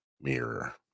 mirror